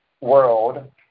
world